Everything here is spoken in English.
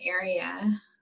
area